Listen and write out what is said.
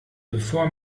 bevor